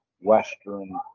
Western